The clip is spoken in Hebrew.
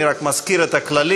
אני רק מזכיר את הכללים: